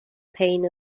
pain